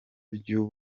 by’u